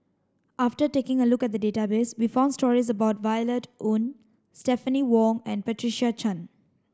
after taking a look at the database we found stories about Violet Oon Stephanie Wong and Patricia Chan